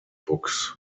books